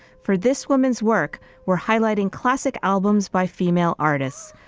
for this woman's work were highlighting classic albums by female artists.